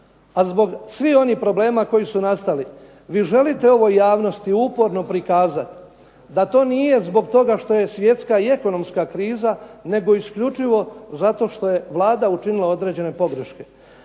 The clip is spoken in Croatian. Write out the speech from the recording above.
a zbog svih onih problema koji su nastali. Vi želite ovoj javnosti uporno prikazati da to nije zbog toga što je svjetska i ekonomska kriza nego isključivo zato što je Vlada učinila određene pogreške.